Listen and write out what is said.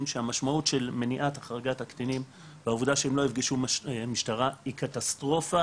שהמשמעות של מניעת החרגת הקטינים והעובדה שהם לא יפגשו משטרה היא קטסטרופה